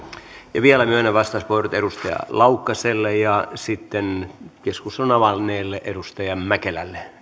tietenkään vielä myönnän vastauspuheenvuorot edustaja laukkaselle ja sitten keskustelun avanneelle edustaja mäkelälle